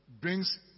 brings